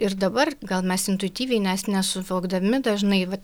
ir dabar gal mes intuityviai nes nesuvokdami dažnai vat